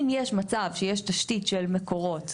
אם יש מצב שיש תשתית של ׳מקורות׳,